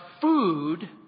food